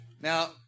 Now